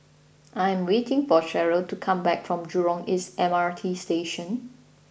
I am waiting for Cheryl to come back from Jurong East M R T Station